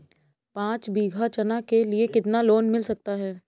पाँच बीघा चना के लिए कितना लोन मिल सकता है?